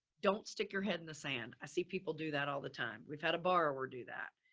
don't stick your head in the sand. i see people do that all the time. we've had a borrower do that.